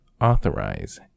authorize